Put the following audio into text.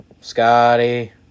Scotty